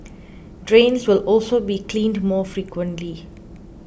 drains will also be cleaned more frequently